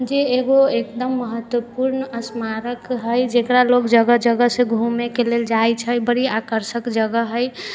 जे एगो एकदम महत्वपूर्ण स्मारक हइ जेकरा लोग जगह जगहसँ लोग घूमैके लेल जाइ छै बड़ी आकर्षक जगह हइ